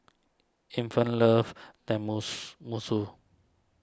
Infant loves Tenmus musu